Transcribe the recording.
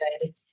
good